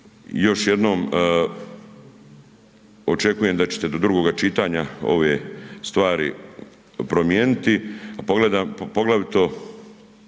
Još jednom očekujem da ćete do drugoga čitanja ove stvari promijeniti,